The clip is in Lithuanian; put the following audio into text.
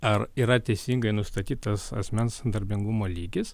ar yra teisingai nustatytas asmens darbingumo lygis